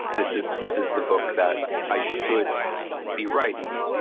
this is this is the book that i should be writing.